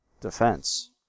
defense